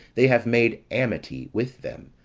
they have made amity with them,